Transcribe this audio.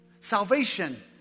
Salvation